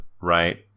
right